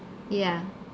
yeah